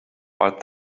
but